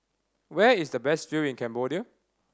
where is the best do in Cambodia